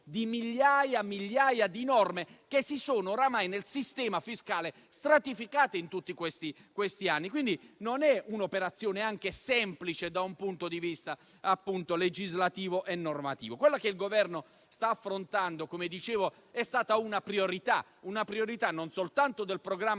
di migliaia e migliaia di norme che oramai, nel sistema fiscale, si sono stratificate in tutti questi anni. Non è un'operazione semplice, da un punto di vista legislativo e normativo. Quella che il Governo sta affrontando è stata una priorità non soltanto del programma